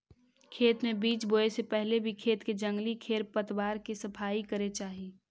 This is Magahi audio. खेत में बीज बोए से पहले भी खेत के जंगली खेर पतवार के सफाई करे चाही